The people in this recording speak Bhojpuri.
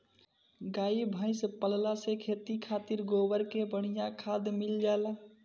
गाई भइस पलला से खेती खातिर गोबर के बढ़िया खाद मिल जाला